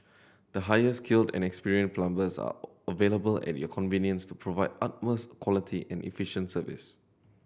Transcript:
the highly skilled and experience plumbers are available at your convenience to provide utmost quality and efficient service